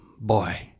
boy